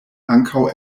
ankaŭ